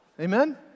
amen